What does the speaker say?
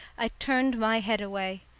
i turned my head away.